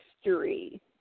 history